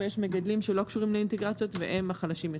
ויש מגדלים שלא קשורים לאינטגרציות והם החלשים יותר.